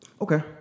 Okay